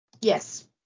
yes